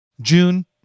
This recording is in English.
June